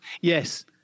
Yes